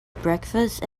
breakfast